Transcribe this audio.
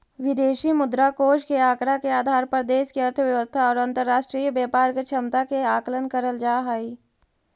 विदेशी मुद्रा कोष के आंकड़ा के आधार पर देश के अर्थव्यवस्था और अंतरराष्ट्रीय व्यापार के क्षमता के आकलन करल जा हई